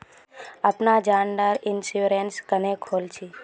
अपना जान डार इंश्योरेंस क्नेहे खोल छी?